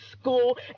school